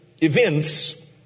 events